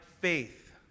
faith